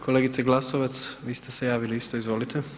Kolegice Glasovac, vi ste se javili isto, izvolite.